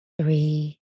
three